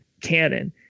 canon